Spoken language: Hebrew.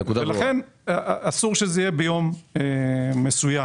לכן אסור שזה יהיה ביום מסוים.